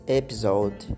episode